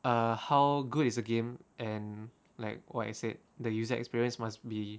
uh how good is a game and like what I said the user experience must be